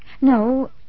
No